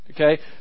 Okay